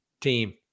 team